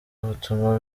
butuma